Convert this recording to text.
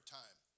time